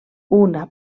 una